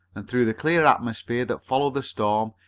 and, through the clear atmosphere that followed the storm,